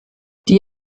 die